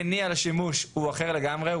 המניע שלהם לשימוש הוא אחר לגמרי,